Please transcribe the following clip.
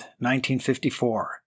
1954